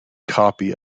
copy